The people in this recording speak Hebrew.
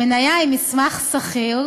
המניה היא מסמך סחיר,